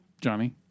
Johnny